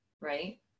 right